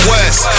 West